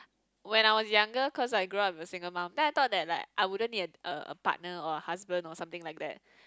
when I was younger cause I grew up with a single mum then I thought that like I wouldn't need a a partner or a husband or something like that